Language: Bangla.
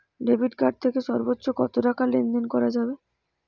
ডেবিট কার্ড থেকে সর্বোচ্চ কত টাকা লেনদেন করা যাবে?